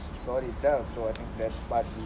story itself and I think that part we